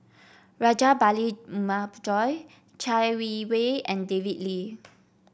Rajabali Jumabhoy Chai Yee Wei and David Lee